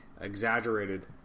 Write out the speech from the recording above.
exaggerated